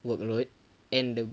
workload and the